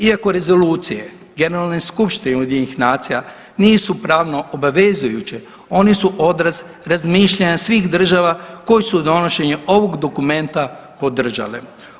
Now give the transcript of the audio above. Iako rezolucije Generalne skupštine UN-a nisu pravno obavezujuće oni su odraz razmišljanja svih država koji su donošenje ovog dokumenta podržale.